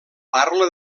parla